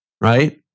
right